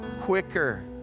quicker